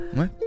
Ouais